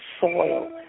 soil